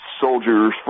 soldiers